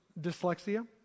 dyslexia